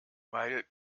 weil